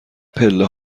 پله